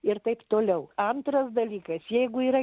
ir taip toliau antras dalykas jeigu yra